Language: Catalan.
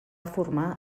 formar